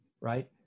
right